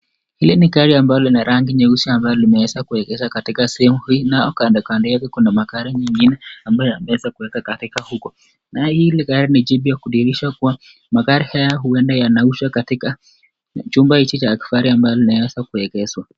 Hii ni gari ambalo lina rangi nyeusi ambalo limeweza kuegeshwa katika sehemu hii, nayo kando yake kuna magari mengine ambayo yameweza kuwekwa katika huko. Nalo hili gari ni jipya kudhihirisha kuwa magari haya huenda yanauzwa katika chumba hiki cha kifahari ambayo limeza kuegeshwa.